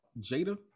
Jada